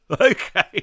okay